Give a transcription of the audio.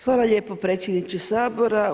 Hvala lijepo predsjedniče Sabora.